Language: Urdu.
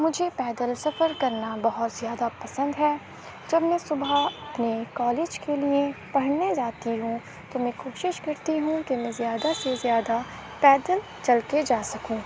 مجھے پیدل سفر کرنا بہت زیادہ پسند ہے جب میں صبح اپنے کالج کے لیے پڑھنے جاتی ہوں تو میں کوشش کرتی ہوں کہ میں زیادہ سے زیادہ پیدل چل کے جا سکوں